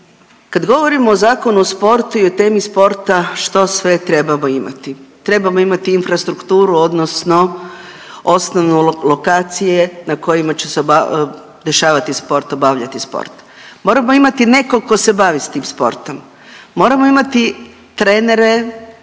kad govorimo o Zakonu o sportu i o temi sporta što sve trebamo imati, trebamo imati infrastrukturu odnosno osnovnu lokacije na kojima će se dešavati sport, obavljati sport. Moramo imamo nekog ko se bavi s tim sportom, moramo imati trenere